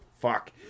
Fuck